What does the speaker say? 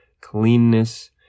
cleanness